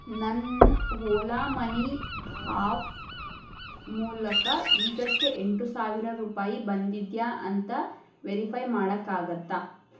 ನನ್ನ Ola money app ಮೂಲಕ ಈಗಷ್ಟೇ ಎಂಟು ಸಾವಿರ ರೂಪಾಯಿ ಬಂದಿದೆಯಾ ಅಂತ ವೆರಿಫೈ ಮಾಡೋಕ್ಕಾಗುತ್ತಾ